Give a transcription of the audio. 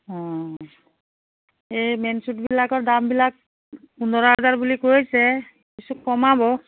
অঁ এই মেইন চ্যুটবিলাকৰ দামবিলাক পোন্ধৰ হাজাৰ বুলি কৈছে কিছু কমাব